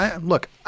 Look